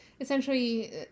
essentially